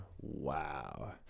Wow